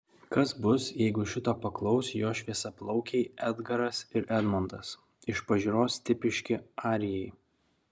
kas bus jeigu šito paklaus jo šviesiaplaukiai edgaras ir edmondas iš pažiūros tipiški arijai